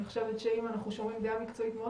אני חושבת שאם אנחנו שומעים דעה מקצועית מאוד